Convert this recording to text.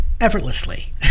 effortlessly